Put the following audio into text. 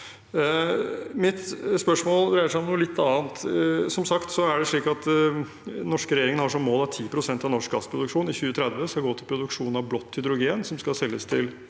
Mitt spørsmål dreier seg om noe litt annet. Som sagt er det slik at den norske regjeringen har som mål at 10 pst. av norsk gassproduksjon i 2030 skal gå til produksjon av blått hydrogen som skal selges til